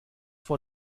vor